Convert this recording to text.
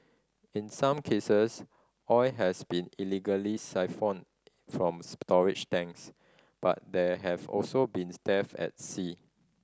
in some cases oil has been illegally siphoned from storage tanks but there have also been theft at sea